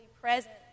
present